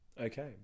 Okay